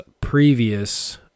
previous